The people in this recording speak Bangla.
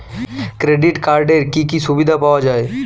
ক্রেডিট কার্ডের কি কি সুবিধা পাওয়া যায়?